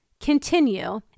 continue